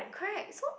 correct so